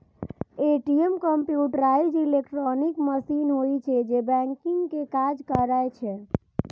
ATM computerised electronic machine होइ छै, जे बैंकिंग के काज करै छै